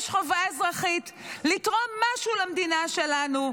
יש חובה אזרחית לתרום משהו למדינה שלנו.